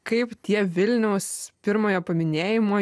kaip tie vilniaus pirmojo paminėjimo